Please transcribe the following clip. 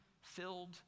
filled